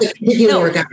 no